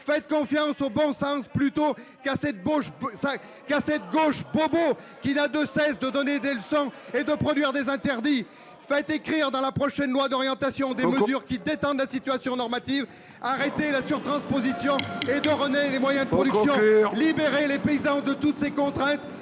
Faites confiance au bon sens, plutôt qu’à cette gauche bobo, qui n’a de cesse de donner des leçons et de produire des interdits ! Inscrivez dans la prochaine loi d’orientation des mesures qui détendent la situation normative ! Arrêtez les surtranspositions et redonnez les moyens de produire ! Il faut conclure ! Libérez les paysans de toutes ces contraintes